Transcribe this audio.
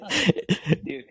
Dude